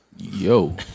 Yo